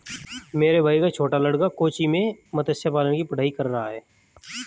मेरे भाई का छोटा लड़का कोच्चि में मत्स्य पालन की पढ़ाई कर रहा है